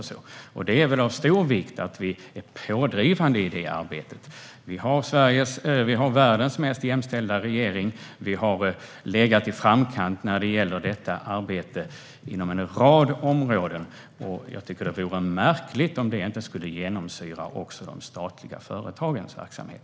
Det är av stor vikt att vi är pådrivande i det arbetet. Vi har världens mest jämställda regering. Vi har legat i framkant när det gäller detta arbete på en rad områden, och jag tycker att det vore märkligt om detta inte skulle genomsyra även de statliga företagens verksamhet.